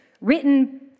written